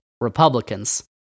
Republicans